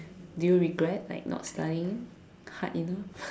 do you regret like not studying hard enough